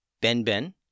Ben-Ben